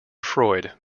freud